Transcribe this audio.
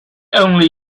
only